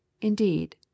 indeed